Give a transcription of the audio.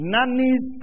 Nannies